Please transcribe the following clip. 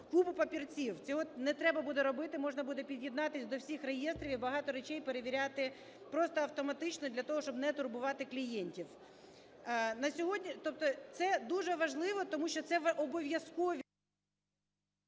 купу папірців. Цього не треба буде робити, можна буде під'єднатись до всіх реєстрів і багато речей перевіряти просто автоматично для того, щоб не турбувати клієнтів. На сьогодні… Тобто це дуже важливо, тому що це обов'язково…